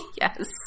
Yes